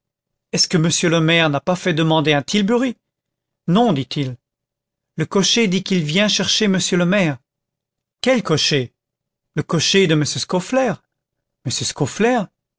est-ce que monsieur le maire n'a pas fait demander un tilbury non dit-il le cocher dit qu'il vient chercher monsieur le maire quel cocher le cocher de m scaufflaire m scaufflaire